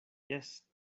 jes